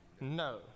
No